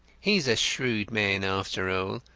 he is a shrewd man after all.